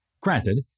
Granted